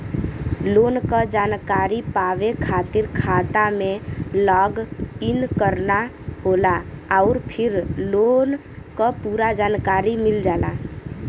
loan क जानकारी पावे खातिर खाता में लॉग इन करना होला आउर फिर लोन क पूरा जानकारी मिल जाला